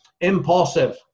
impulsive